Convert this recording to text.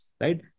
right